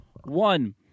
One